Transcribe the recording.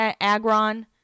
Agron